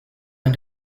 and